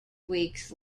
weeks